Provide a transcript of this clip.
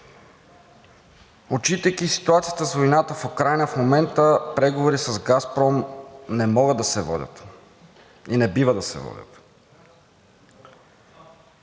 Отчитайки ситуацията с войната в Украйна, в момента преговори с „Газпром“ не могат да се водят и не бива да се водят.